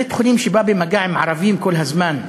בית-חולים שבא במגע עם ערבים כל הזמן,